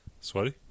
Sweaty